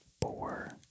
four